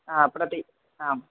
आं प्रति आम्